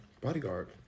bodyguard